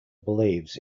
believes